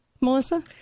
Melissa